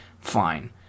fine